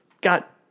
got